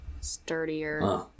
sturdier